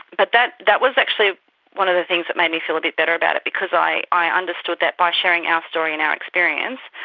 but that that was actually one of the things that made me feel a bit better about it because i i understood that by sharing our story and our experience,